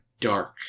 dark